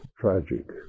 Tragic